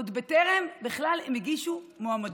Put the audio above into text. עוד בטרם הן הגישו מועמדות.